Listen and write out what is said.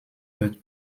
but